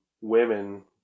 women